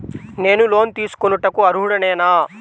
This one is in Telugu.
నేను లోన్ తీసుకొనుటకు అర్హుడనేన?